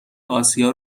آسیا